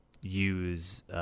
use –